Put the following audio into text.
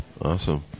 Awesome